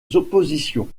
oppositions